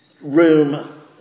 room